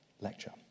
lecture